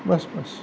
બસ બસ